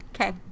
Okay